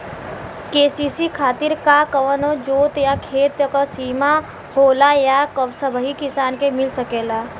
KCC खातिर का कवनो जोत या खेत क सिमा होला या सबही किसान के मिल सकेला?